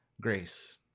grace